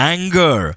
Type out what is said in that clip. Anger